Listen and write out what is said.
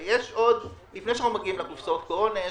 לפני שאנחנו מגיעים לקופסאות הקורונה,